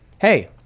hey